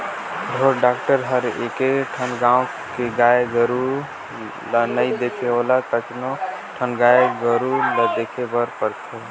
ढोर डॉक्टर हर एके ठन गाँव के गाय गोरु ल नइ देखे ओला कतको ठन गाय गोरु ल देखे बर परथे